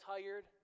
tired